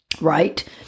Right